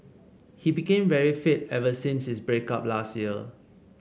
he became very fit ever since his break up last year